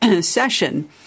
session